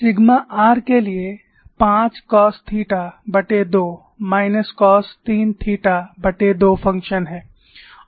sigma r के लिए 5 cos थीटा2 माइनस कॉस 3 थीटा2 फंक्शन है